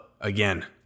Again